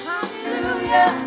Hallelujah